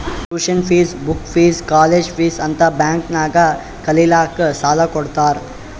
tuition fees, book fees, college fees ಅಂತ್ bank ನಾಗ್ ಕಲಿಲ್ಲಾಕ್ಕ್ ಸಾಲಾ ಕೊಡ್ತಾರ್